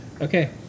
Okay